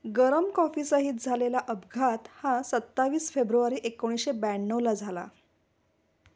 गरम कॉफीसहित झालेला अपघात हा सत्तावीस फेब्रुवारी एकोणीशे ब्याण्णवला झाला